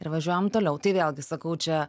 ir važiuojam toliau tai vėlgi sakau čia